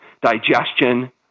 digestion